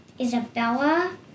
Isabella